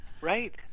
right